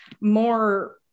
more